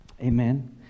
amen